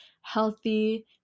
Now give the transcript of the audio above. healthy